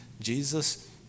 Jesus